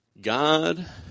God